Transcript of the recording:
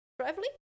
traveling